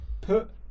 put